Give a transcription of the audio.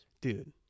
Dude